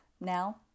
Now